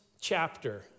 chapter